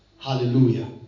Hallelujah